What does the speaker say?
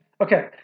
okay